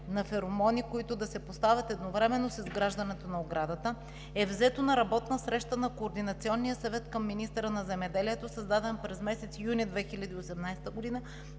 на феромони, които да се поставят едновременно с изграждането на оградата, е взето на работна среща на Координационния съвет към министъра на земеделието, създаден през месец юни 2018 г.